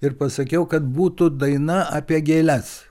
ir pasakiau kad būtų daina apie gėles